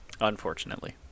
Unfortunately